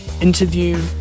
interview